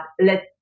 Let